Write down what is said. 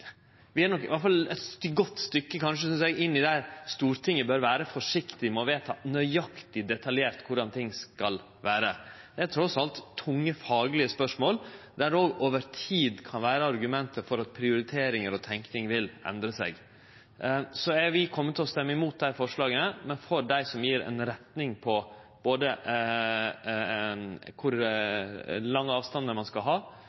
nok eit godt stykke inn i det Stortinget bør vere forsiktig med å vedta nøyaktig og detaljert korleis skal vere. Det er trass i alt tunge faglege spørsmål, der det òg over tid kan vere argument for at prioriteringar og tenking vil endre seg. Så vi kjem til å stemme imot dei forslaga, men for dei forslaga som gjev ei retning på kor lange avstandar ein skal ha,